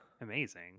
amazing